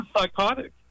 psychotic